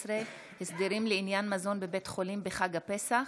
13) (הסדרים לעניין מזון בבית חולים בחג הפסח),